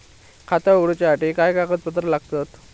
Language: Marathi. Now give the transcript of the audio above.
खाता उगडूच्यासाठी काय कागदपत्रा लागतत?